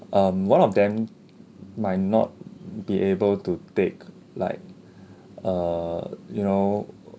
um one of them might not be able to take like err you know